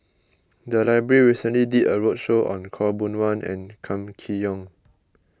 the library recently did a roadshow on Khaw Boon Wan and Kam Kee Yong